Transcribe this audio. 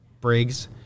Briggs